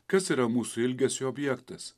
kas yra mūsų ilgesio objektas